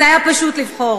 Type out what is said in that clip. זה היה פשוט לבחור.